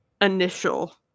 initial